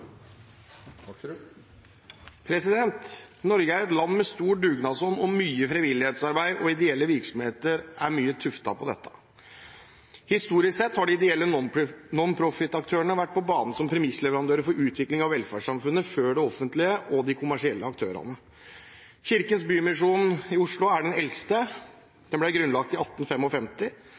et land med stor dugnadsånd og mye frivillighetsarbeid, og ideelle virksomheter er mye tuftet på dette. Historisk sett har de ideelle nonprofitaktørene vært på banen som premissleverandører for utvikling av velferdssamfunnet før det offentlige og de kommersielle aktørene. Kirkens Bymisjon i Oslo er den eldste, den ble grunnlagt i